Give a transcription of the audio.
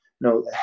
No